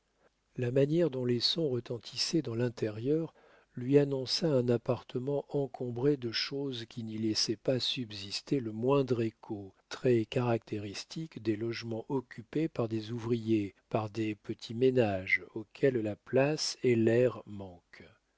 la manière dont les sons retentissaient dans l'intérieur lui annonça un appartement encombré de choses qui n'y laissaient pas subsister le moindre écho trait caractéristique des logements occupés par des ouvriers par de petits ménages auxquels la place et l'air